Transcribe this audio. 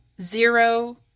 zero